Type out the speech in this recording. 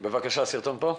בבקשה, תציגו.